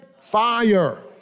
fire